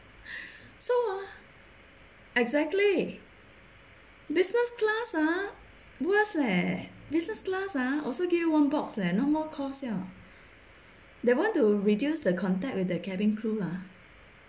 so ah exactly business class ah worse leh business class ah also give you one box leh no more course liao they want to reduce the contact with their cabin crew lah